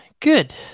good